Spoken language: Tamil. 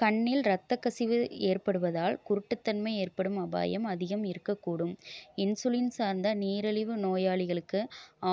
கண்ணில் இரத்தக் கசிவில் ஏற்படுவதால் குருட்டுத் தன்மை ஏற்படும் அபாயம் அதிகம் இருக்கக்கூடும் இன்சுலின் சார்ந்த நீரிழிவு நோயாளிகளுக்கு